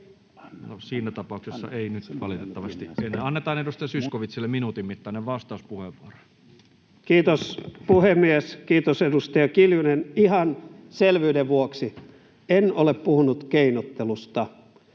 siinä tapauksessa ei nyt valitettavasti enää. — Annetaan edustaja Zyskowiczille minuutin mittainen vastauspuheenvuoro. Kiitos, puhemies! Kiitos, edustaja Kiljunen. Ihan selvyyden vuoksi: en ole puhunut keinottelusta.